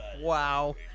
Wow